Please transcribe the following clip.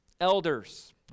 elders